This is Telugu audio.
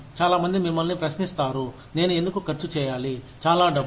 చాలా మంది మిమ్మల్ని ప్రశ్నిస్తారు నేను ఎందుకు ఖర్చు చేయాలి చాలా డబ్బు